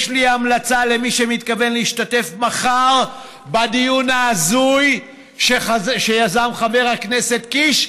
יש לי המלצה למי שמתכוון להשתתף מחר בדיון ההזוי שיזם חבר הכנסת קיש,